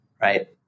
right